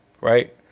Right